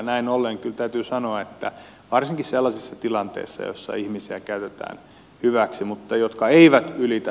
näin ollen kyllä täytyy sanoa että varsinkin sellaisissa tilanteissa joissa ihmisiä käytetään hyväksi mutta jotka eivät ylitä